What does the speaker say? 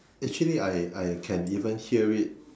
actually I I can even hear it